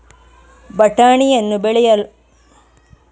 ಬಟಾಣಿಯನ್ನು ಬೆಳೆಯಲು ಯಾವ ಮಣ್ಣು ಸೂಕ್ತವಾಗಿದೆ?